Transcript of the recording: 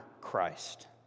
Christ